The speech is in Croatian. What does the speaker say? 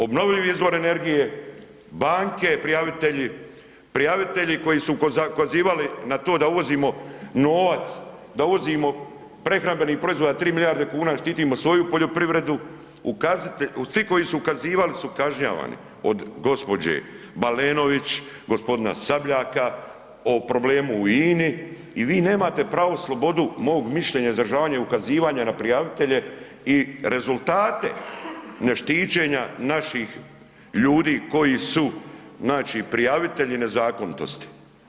Obnovljivi izvori energije, banke prijavitelji, prijavitelji koji su ukazivali na to da uvozimo novac, da uvozimo prehrambenih proizvoda 3 milijarde kuna i štitimo svoju poljoprivredu, ukazitelji, svi koji su ukazivali su kažnjavani, od gospođe Balenović, gospodina Sabljaka o problemu u INI i vi nemate pravo slobodu mog mišljenja, izražavanja i ukazivanja na prijavitelje i rezultate ne štićenja naših ljudi koji su znači prijavitelji nezakonitosti.